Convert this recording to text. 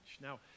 Now